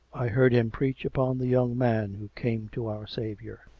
i heard him preach upon the young man who came to our saviour.